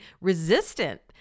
resistant